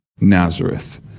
Nazareth